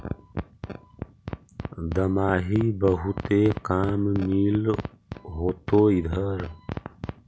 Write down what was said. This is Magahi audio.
दमाहि बहुते काम मिल होतो इधर?